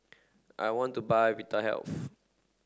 I want to buy Vitahealth